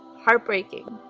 heartbreaking